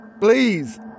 Please